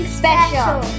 special